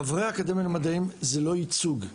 חברי האקדמיה למדעים זה לא ייצוג.